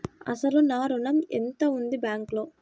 అసలు నా ఋణం ఎంతవుంది బ్యాంక్లో?